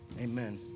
amen